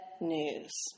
news